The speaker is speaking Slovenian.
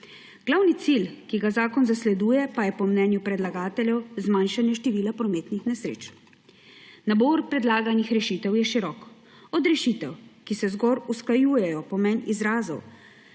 Glavni cilj, ki ga zakon zasleduje, pa je po mnenju predlagateljev zmanjšanje števila prometnih nesreč. Nabor predlaganih rešitev je širok, od rešitev, ki zgolj usklajujejo pomen izrazov,